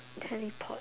teleport